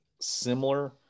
similar